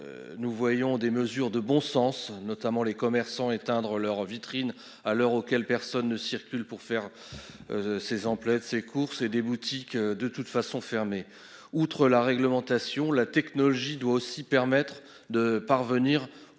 Nous voyons des mesures de bon sens, notamment les commerçants éteindre leurs vitrines. À l'heure auquel personne ne circule pour faire. Ses emplettes ses courses et des boutiques de toute façon fermer. Outre la réglementation, la technologie doit aussi permettre de parvenir au